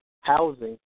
housing